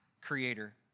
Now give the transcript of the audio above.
creator